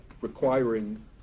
requiring